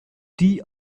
die